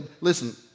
Listen